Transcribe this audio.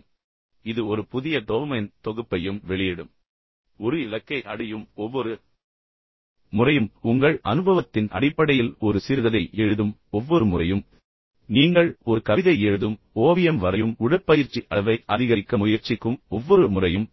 எனவே இது ஒரு புதிய டோபமைன் தொகுப்பையும் வெளியிடும் ஒரு இலக்கை அடையும் ஒவ்வொரு முறையும் உங்கள் அனுபவத்தின் அடிப்படையில் ஒரு சிறுகதையை எழுதும் ஒவ்வொரு முறையும் நீங்கள் ஒரு கவிதை எழுதும் ஒவ்வொரு முறையும் நீங்கள் ஒரு ஓவியம் வரைக்கும் ஒவ்வொரு முறையும் அல்லது உங்கள் உடற்பயிற்சி அளவை அதிகரிக்க முயற்சிக்கும் ஒவ்வொரு முறையும்